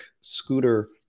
scooter